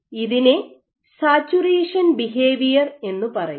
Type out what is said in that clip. ഇതിനെ saturation behaviour എന്നു പറയുന്നു